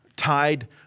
tied